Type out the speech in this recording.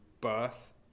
birth